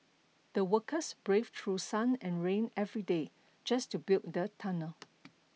the workers braved through sun and rain every day just to build the tunnel